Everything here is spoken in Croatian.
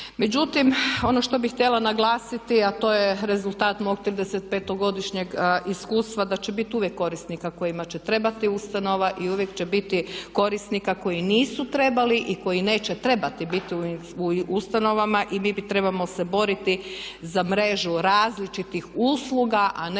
Međutim, ono što bih htjela naglasiti, a to je rezultat mog 35-godišnjeg iskustva da će biti uvijek korisnika kojima će trebati ustanova i uvijek će biti korisnika koji nisu trebali i koji neće trebati biti u ustanovama. I mi trebamo se boriti za mrežu različitih usluga a ne